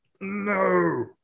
no